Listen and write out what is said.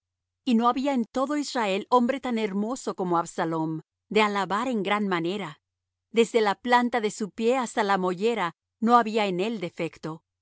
y no había en todo israel hombre tan hermoso como absalom de alabar en gran manera desde la planta de su pie hasta la mollera no había en él defecto